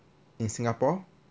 in singapore